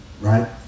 right